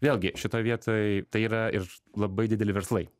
vėlgi šitoj vietoj tai yra ir labai dideli verslai